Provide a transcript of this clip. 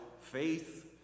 faith